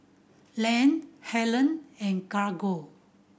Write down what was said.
Lance Helene and Carlo